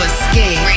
Escape